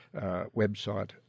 website